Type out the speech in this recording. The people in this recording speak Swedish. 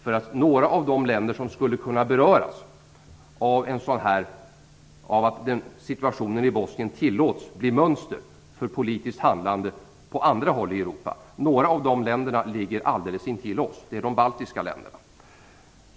En del länder kan beröras av att situationen i Bosnien tillåts bli mönster för ett politiskt handlande på andra håll i Europa. Några av de länderna ligger alldeles intill oss: de baltiska länderna.